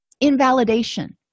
Invalidation